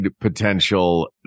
potential